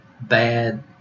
bad